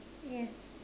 yes